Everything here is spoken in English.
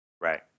Right